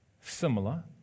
Similar